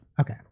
Okay